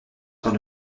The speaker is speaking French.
dans